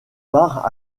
part